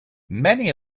many